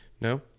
No